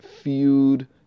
feud